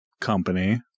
company